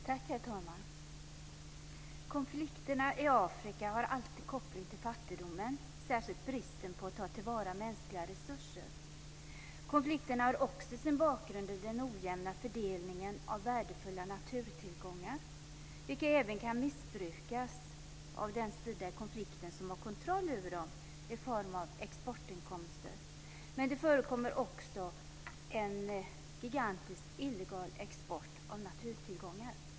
Herr talman! Konflikterna i Afrika har alltid koppling till fattigdomen. Det gäller särskilt bristen i fråga om att ta till vara mänskliga resurser. Konflikterna har också sin bakgrund i den ojämna fördelningen av värdefulla naturtillgångar, vilket även kan missbrukas av den sida i konflikten som har kontroll över dem i form av exportinkomster. Det förekommer också en gigantisk illegal export av naturtillgångar.